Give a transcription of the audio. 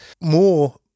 More